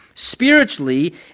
Spiritually